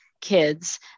kids